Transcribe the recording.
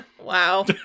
Wow